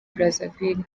brazaville